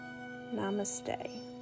Namaste